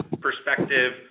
perspective